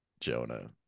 Jonah